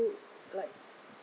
like